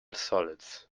solids